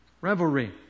revelry